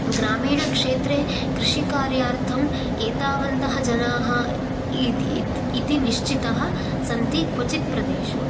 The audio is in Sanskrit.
ग्रामीणक्षेत्रे कृषिकार्यार्थम् एतावन्तः जनाः इदि इति निश्चितः सन्ति क्वचित् प्रदेषेशु